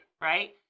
right